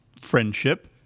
friendship